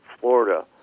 Florida